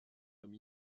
comme